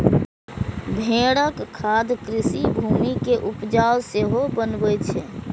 भेड़क खाद कृषि भूमि कें उपजाउ सेहो बनबै छै